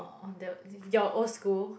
of the your old school